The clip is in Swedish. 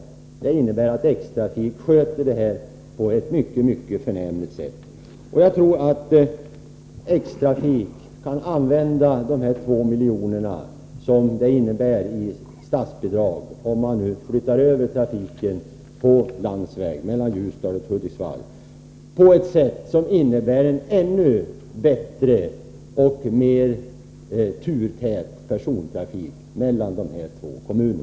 Det innebär att X-Trafik sköter den här uppgiften på ett mycket förnämligt sätt. Jag tror att X-Trafik kan använda dessa 2 milj.kr. som det innebär i statsbidrag, om man nu flyttar över trafiken på landsväg mellan Ljusdal och Hudiksvall, på ett sätt som innebär en ännu bättre och mer turtät persontrafik mellan dessa två kommuner.